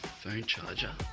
phone charger.